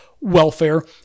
welfare